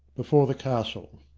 before the castle.